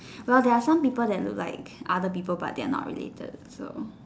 well they're some people that look like other people but they're not related so